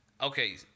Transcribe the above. okay